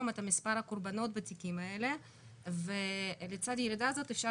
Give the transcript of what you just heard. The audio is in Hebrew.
את מספר הקורבנות בתיקים האלה ולצד הירידה הזאת אפשר